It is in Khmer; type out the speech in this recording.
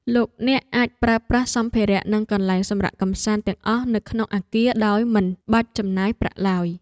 លោកអ្នកអាចប្រើប្រាស់សម្ភារនិងកន្លែងសម្រាកកម្សាន្តរួមទាំងអស់នៅក្នុងអគារដោយមិនបាច់ចំណាយប្រាក់ឡើយ។